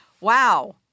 Wow